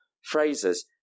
phrases